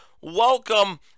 welcome